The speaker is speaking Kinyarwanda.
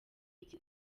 iki